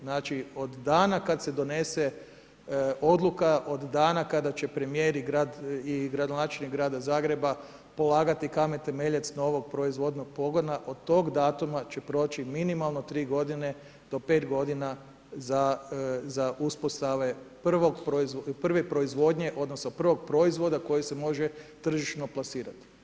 Znači, od dana kad se donese odluka, od dana će premijer i gradonačelnik grada Zagreba polagati kamen temeljac novog proizvodnog pogona, od tog datuma će proći minimalno 3 godine do 5 godina za uspostave prve proizvodnje odnosno prvog proizvoda koje može tržišno plasirati.